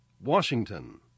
Washington